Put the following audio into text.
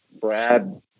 Brad